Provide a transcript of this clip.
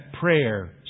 prayer